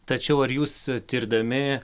tačiau ar jūs tirdami